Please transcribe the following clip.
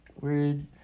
Weird